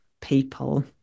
people